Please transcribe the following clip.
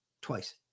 twice